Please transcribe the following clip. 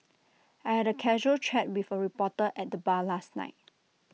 I had A casual chat with A reporter at the bar last night